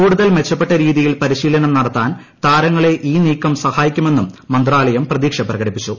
കൂടുതൽ മെച്ചപ്പെട്ട രീതിയിൽ പരിശീലനം നടത്താൻ താരങ്ങളെ ഈ നീക്കം സഹായിക്കുമെന്നും മന്ത്രാലയം പ്രതീക്ഷ പ്രകടിപ്പിച്ചു